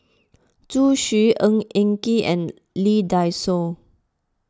Zhu Xu Ng Eng Kee and Lee Dai Soh